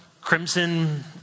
crimson